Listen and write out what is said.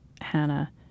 Hannah